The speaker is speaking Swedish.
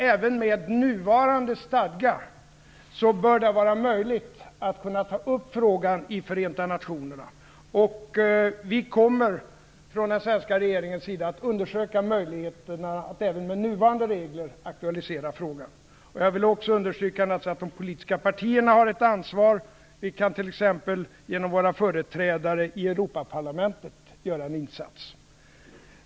Även men nuvarande stadga bör det vara möjligt att ta upp frågan i Förenta nationerna. Vi kommer från den svenska regeringens sida att undersöka möjligheterna att med nuvarande regler aktualisera frågan. Jag vill också understryka att även de politiska partierna har ett ansvar. Vi kan t.ex. genom våra företrädare i Europaparlamentet göra en insats.